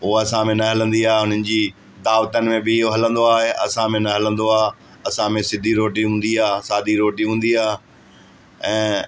उहे असां में न हलंदी आहे उन्हनि जी दावतनि में बि इहो हलंदो आहे असां में न हलंदो आहे असां में सिधी रोटी हूंदी आहे सादी रोटी हूंदी आहे ऐं